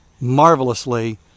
marvelously